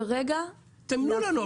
תאמרו לנו.